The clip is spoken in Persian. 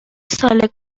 سال